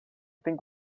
think